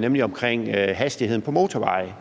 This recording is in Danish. nemlig hastigheden på motorveje,